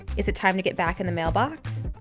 is it time to get back in the mailbox?